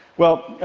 well,